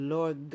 Lord